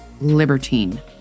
libertine